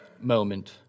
moment